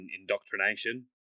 indoctrination